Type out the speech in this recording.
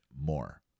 more